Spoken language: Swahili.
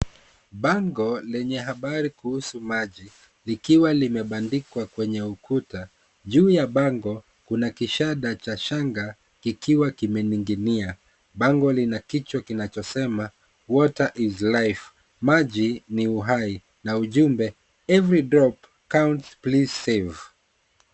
Bango lenye habari kuhusu maji likiwa limebandikwa kwenye ukuta. Juu ya bango kuna kishada cha shanga kikiwa kimening'inia. Bango lina kichwa kinachosema water is life maji ni uhai na ujumbe every drop counts please save .